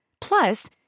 Plus